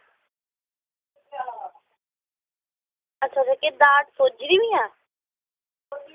अच्छा तुसें केह् दाड़ सुज्जी दियां